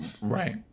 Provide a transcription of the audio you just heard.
Right